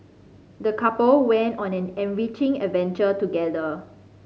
the couple went on an enriching adventure together